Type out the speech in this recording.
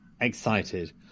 excited